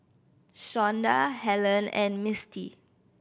Shonda Hellen and Mistie